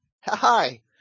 Hi